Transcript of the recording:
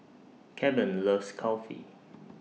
Keven loves Kulfi